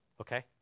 okay